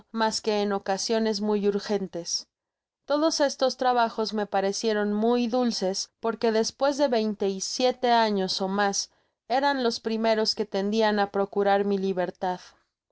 mas que en ocasiones muy urgentes todos estos trabajos me parecieron muy dulces porque despues de veinte y siete años ó mas eran los primeros que tendian á procurar mi libertad